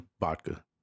Vodka